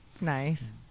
Nice